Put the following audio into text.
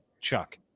Chuck